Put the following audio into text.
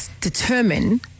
determine